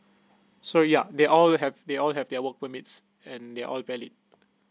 so yeah they all have they all have their work permits and they all valid